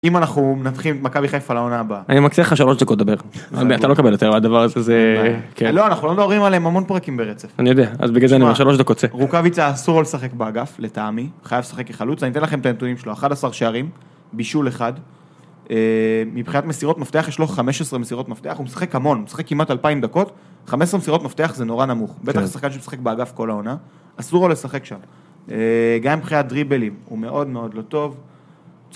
אם אנחנו נתחיל, מכבי חיפה לעונה הבאה. אני מקצה לך שלוש דקות לדבר. אתה לא קבלת, הדבר הזה... לא, אנחנו לא מדברים עליהם, המון פרקים ברצף. אני יודע, אז בגלל זה אני אומר שלוש דקות צא. רוקאביציה אסור לו לשחק באגף, לטעמי. חייב לשחק כחלוץ, אני אתן לכם את הנתונים שלו. 11 שערים, בישול אחד. מבחינת מסירות מפתח יש לו 15 מסירות מפתח. הוא משחק המון, הוא משחק כמעט 2000 דקות. 15 מסירות מפתח זה נורא נמוך. הוא משחק באגף כל העונה. אסור לו לשחק שם. גם עם חיית דריבלים. הוא מאוד מאוד לא טוב.